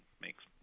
makes